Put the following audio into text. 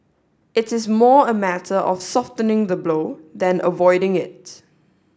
it is more a matter of softening the blow than avoiding it